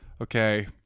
okay